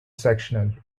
sectional